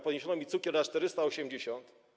Podniesiono mi cukier na 480.